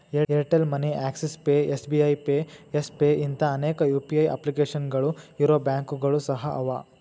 Airtel money Axis pay SBI pay Yes pay ಇಂಥಾ ಅನೇಕ UPI ಅಪ್ಲಿಕೇಶನ್ಗಳು ಇರೊ ಬ್ಯಾಂಕುಗಳು ಸಹ ಅವ